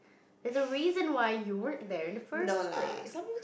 is a reason why you would then first place